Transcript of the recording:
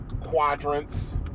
quadrants